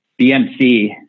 BMC